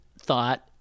thought